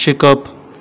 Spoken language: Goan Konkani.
शिकप